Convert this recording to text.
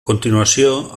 continuació